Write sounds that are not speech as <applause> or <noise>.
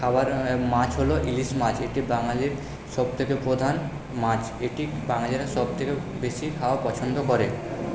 খাবার <unintelligible> মাছ হলো ইলিশ মাছ এটি বাঙালির সব থেকে প্রধান মাছ এটি বাঙালিরা সব থেকে বেশি খাওয়া পছন্দ করে